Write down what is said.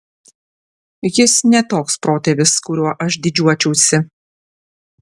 jis ne toks protėvis kuriuo aš didžiuočiausi